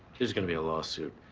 there's gonna be a law suit.